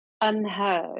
unheard